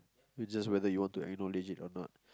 which is just whether you want to acknowledge it or not